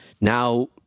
Now